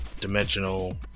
dimensional